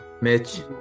mitch